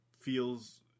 feels